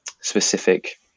specific